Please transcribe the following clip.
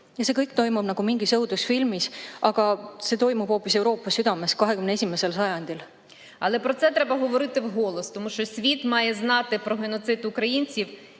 See kõik toimuks nagu mingis õudusfilmis, aga see toimub hoopis Euroopa südames 21. sajandil.